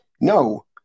No